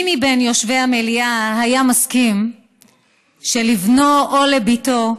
מי מבין יושבי המליאה היה מסכים שלבנו או לבתו,